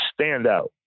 standout